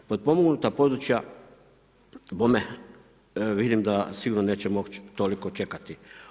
Potpomognuta područja bome vidim da sigurno neće moći toliko čekati.